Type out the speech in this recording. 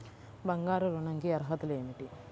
బంగారు ఋణం కి అర్హతలు ఏమిటీ?